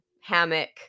hammock